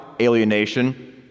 alienation